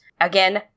Again